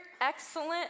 excellent